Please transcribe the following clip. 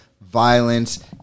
violence